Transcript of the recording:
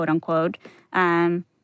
quote-unquote